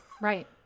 Right